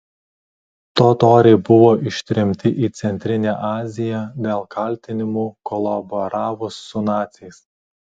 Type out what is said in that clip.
totoriai buvo ištremti į centrinę aziją dėl kaltinimų kolaboravus su naciais